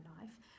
life